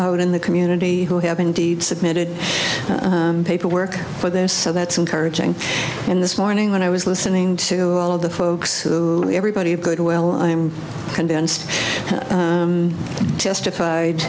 out in the community who have indeed submitted paperwork for this so that's encouraging and this morning when i was listening to all of the folks everybody who could well i'm convinced testified